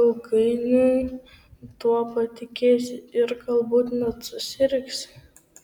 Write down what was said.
ilgainiui tuo patikėsi ir galbūt net susirgsi